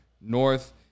north